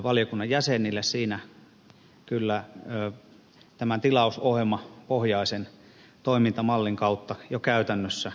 siinä kyllä tämä tilausohjelma ohjaa sen toimintamallin kautta jo käytännössä